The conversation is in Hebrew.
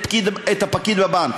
את הפקיד בבנק.